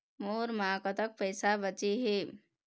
मोर म कतक पैसा बचे हे?